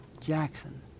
Jackson